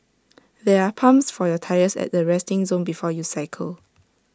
there are pumps for your tyres at the resting zone before you cycle